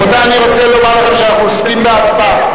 רבותי, אני רוצה לומר לכם שאנחנו עוסקים בהצבעה.